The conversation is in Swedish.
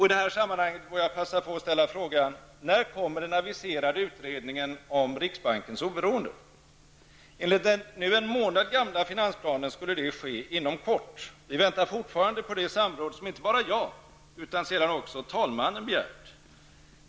I detta sammanhang vill jag passa på att ställa en frågan: När kommer den aviserade utredningen om riksbankens oberoende? Enligt den nu en månad gamla finansplanen skulle den komma inom kort. Vi väntar fortfarande på det samråd som inte bara jag utan sedan också talmannen begärt.